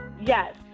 Yes